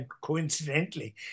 coincidentally